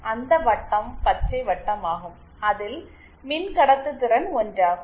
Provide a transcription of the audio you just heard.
அந்த வட்டம் பச்சை வட்டம் ஆகும் அதில் மின்கடத்துதிறன் ஒன்றாகும்